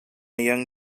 young